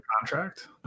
contract